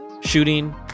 shooting